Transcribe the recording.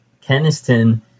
keniston